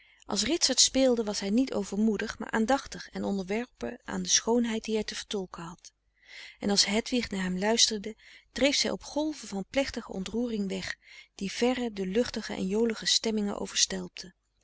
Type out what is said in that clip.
als ritsert speelde was hij niet overmoedig maar aandachtig en onderworpen aan de schoonheid die hij te vertolken had en als hedwig naar hem frederik van eeden van de koele meren des doods luisterde dreef zij op golven van plechtige ontroering weg die verre de luchtige en jolige stemmingen overstelpten